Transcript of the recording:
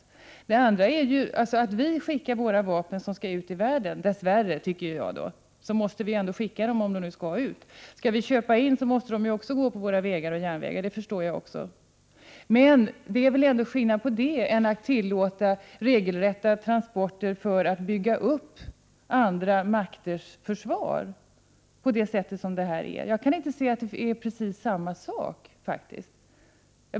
Att vi transporterar våra vapen som — dess värre tycker jag — skall ut i världen är en sak. Vi måste ju ändå skicka dem om de skall ut. Köper vi in vapen måste de också gå på våra vägar och järnvägar — det förstår jag också. Det är väl en annan sak att tillåta regelrätta transporter för att bygga upp andra makters försvar på det sätt som transiteringen innebär. Jag kan inte se att det är precis samma sak.